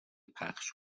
پخش